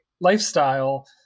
lifestyle